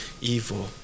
evil